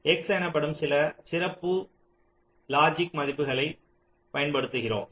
X எனப்படும் சில சிறப்பு தர்க்க மதிப்பைப் பயன்படுத்துகிறோம்